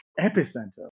epicenter